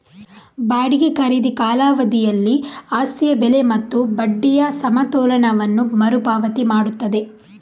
ಬಾಡಿಗೆ ಖರೀದಿ ಕಾಲಾವಧಿಯಲ್ಲಿ ಆಸ್ತಿಯ ಬೆಲೆ ಮತ್ತು ಬಡ್ಡಿಯ ಸಮತೋಲನವನ್ನು ಮರು ಪಾವತಿ ಮಾಡುತ್ತದೆ